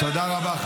תודה רבה.